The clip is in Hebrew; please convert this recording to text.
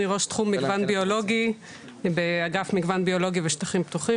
אני ראש תחום מגוון ביולוגי באגף מגוון ביולוגי ושטחים פתוחים,